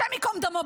השם ייקום דמו,